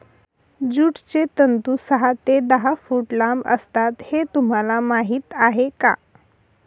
ज्यूटचे तंतू सहा ते दहा फूट लांब असतात हे तुम्हाला माहीत आहे का